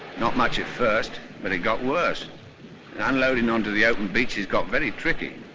not much at first but it got worse and unloading onto the open beaches got very tricky.